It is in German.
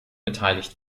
beteiligt